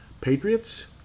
Patriots